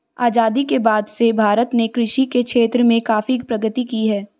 आजादी के बाद से भारत ने कृषि के क्षेत्र में काफी प्रगति की है